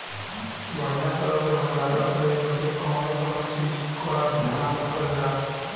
बढ़ियां तरह से भण्डारण करे बदे कवने कवने चीज़ को ध्यान रखल जा?